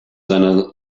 seiner